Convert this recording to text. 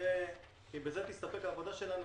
אם בזה תסתפק העבודה שלנו,